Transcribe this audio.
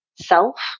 self